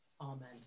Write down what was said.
Amen